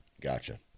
Gotcha